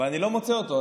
ואני לא מוצא אותו.